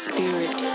Spirit